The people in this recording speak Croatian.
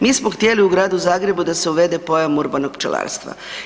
Mi smo htjeli u gradu Zagrebu da se uvede pojam urbanog pčelarstva.